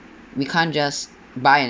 we can't just buy an